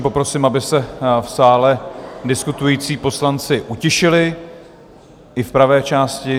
Poprosím, aby se v sále diskutující poslanci utišili, i v pravé části.